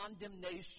condemnation